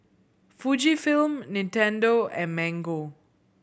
Fujifilm Nintendo and Mango